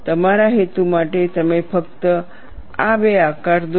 તમારા હેતુ માટે તમે ફક્ત આ બે આકારો દોરો